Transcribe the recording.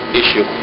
issue